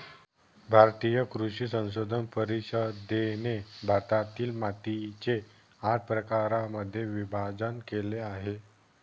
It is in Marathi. भारतीय कृषी संशोधन परिषदेने भारतातील मातीचे आठ प्रकारांमध्ये विभाजण केले आहे